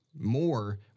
more